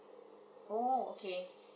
oh okay